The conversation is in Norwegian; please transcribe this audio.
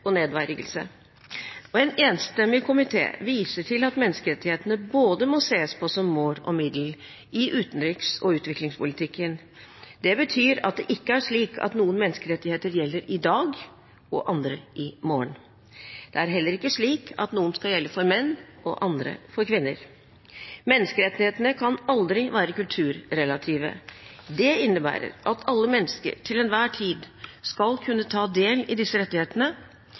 og nedverdigelse. En enstemmig komité viser til at menneskerettighetene må ses på som både mål og middel i utenriks- og utviklingspolitikken. Det betyr at det ikke er slik at noen menneskerettigheter gjelder i dag og andre i morgen. Det er heller ikke slik at noen gjelder for menn og andre for kvinner. Menneskerettighetene kan aldri være kulturrelative. Det innebærer at alle mennesker til enhver tid skal kunne ta del i disse rettighetene.